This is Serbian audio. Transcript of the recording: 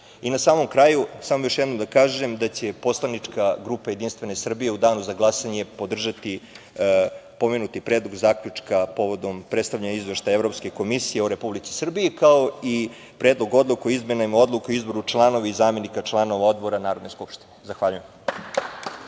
samom kraju, samo bi još jedno da kažem da će poslanička grupa Jedinstvena Srbija u danu za glasanje podržati pomenuti Predlog zaključka povodom predstavljanja Izveštaja Evropske komisije o Republici Srbiji, kao i Predlog odluke o izmenama Odluke o izboru članova i zamenika članova odbora Narodne skupštine. Zahvaljujem.